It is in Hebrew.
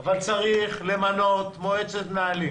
אבל צריך למנות מועצת מנהלים